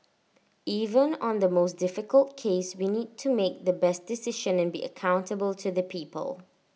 even on the most difficult case we need to make the best decision and be accountable to the people